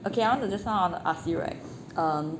okay I want to just now I want to ask you right um